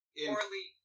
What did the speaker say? Poorly